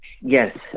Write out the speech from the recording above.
Yes